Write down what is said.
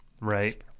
right